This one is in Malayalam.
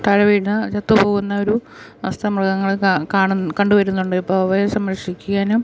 താഴെ വീണ് ചത്ത് പോകുന്ന ഒരു അവസ്ഥ മൃഗങ്ങൾക്ക് കാണും കണ്ട് വരുന്നുണ്ട് ഇപ്പോൾ അവയെ സംരക്ഷിക്കാനും